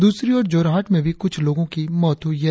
दूसरी और जोरहाट में भी कुछ लोगों की मौत हुई है